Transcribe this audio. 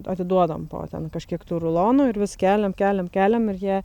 atiduodam po ten kažkiek tų rulonų ir vis keliam keliam keliam ir jie